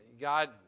God